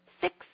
Six